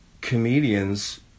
comedians